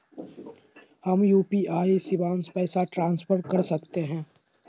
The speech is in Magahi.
हम यू.पी.आई शिवांश पैसा ट्रांसफर कर सकते हैं?